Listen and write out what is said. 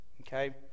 Okay